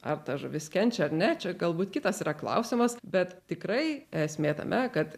ar ta žuvis kenčia ar ne čia galbūt kitas yra klausimas bet tikrai esmė tame kad